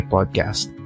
Podcast